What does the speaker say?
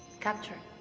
captured?